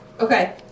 Okay